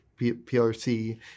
PRC